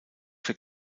für